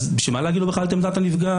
בשביל מה להגיד לו בכלל את עמדת הנפגע,